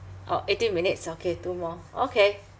orh eighteen minutes okay two more okay